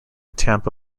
tampa